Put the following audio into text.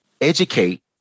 educate